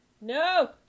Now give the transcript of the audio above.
no